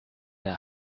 der